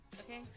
Okay